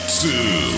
two